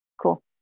Cool